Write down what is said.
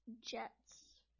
jets